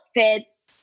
outfits